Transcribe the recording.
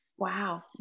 wow